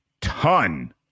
ton